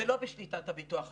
זה לא בשליטת הביטוח הלאומי.